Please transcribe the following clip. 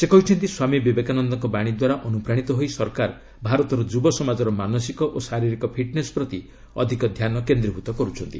ସେ କହିଛନ୍ତି ସ୍ୱାମୀ ବିବେକାନନ୍ଦଙ୍କ ବାଣୀ ଦ୍ୱାରା ଅନୁପ୍ରାଣୀତ ହୋଇ ସରକାର ଭାରତର ଯ୍ରବ ସମାଜର ମାନସିକ ଓ ଶାରିରୀକ ଫିଟ୍ନେସ୍ ପ୍ରତି ଅଧିକ ଧ୍ୟାନ କେନ୍ଦ୍ରୀଭୃତ କରୁଛନ୍ତି